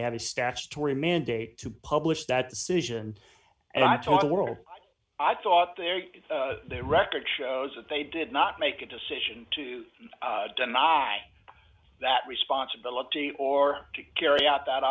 they have a statutory mandate to publish that decision and i told world i thought their record shows that they did not make a decision to deny that responsibility or to carry out that